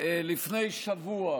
לפני שבוע